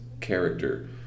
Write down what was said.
character